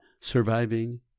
surviving